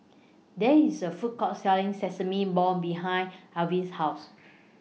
There IS A Food Court Selling Sesame Balls behind Alvy's House